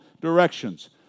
directions